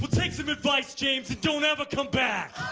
but take some advice, james don't ever come back